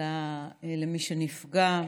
למי שנפגע.